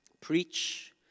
preach